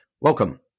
Welcome